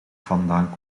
vandaan